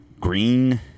green